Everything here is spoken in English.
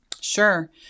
Sure